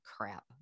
crap